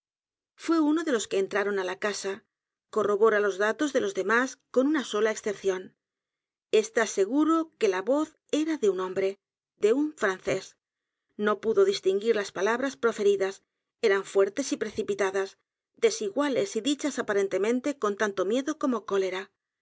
fué uno de los que entraron á la casa corrobora los datos de los demás con una sola excepción e s t á seguro que la voz aguda era de un hombre de un francés no pudo distinguir las palabras proferidas e r a n fuertes y p r e cipitadas desiguales y dichas aparentemente con tanto miedo como cólera